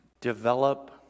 Develop